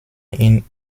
ihn